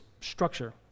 structure